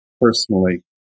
personally